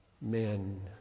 men